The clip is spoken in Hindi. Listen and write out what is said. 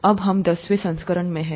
अब हम दसवें संस्करण में हैं